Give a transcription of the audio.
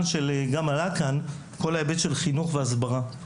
עלה פה כל העניין של חינוך והסברה.